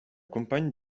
compagne